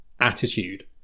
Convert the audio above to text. attitude